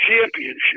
championship